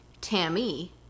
Tammy